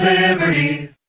Liberty